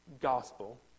gospel